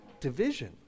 division